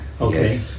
Okay